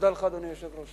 תודה לך, אדוני היושב-ראש.